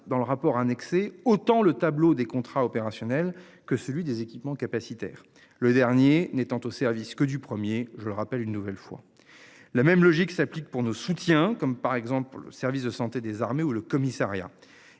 dans le rapport annexé autant le tableau des contrats opérationnels que celui des équipements capacitaire, le dernier né tant au service que du premier, je le rappelle une nouvelle fois la même logique s'applique pour nos soutiens comme par exemple le service de santé des armées ou le commissariat.